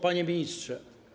Panie Ministrze!